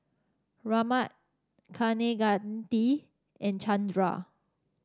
Ramnath Kaneganti and Chandra